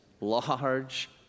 large